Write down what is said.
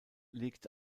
liegt